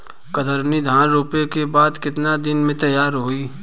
कतरनी धान रोपे के बाद कितना दिन में तैयार होई?